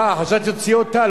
אה, חשבתי שתוציא אותה.